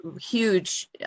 huge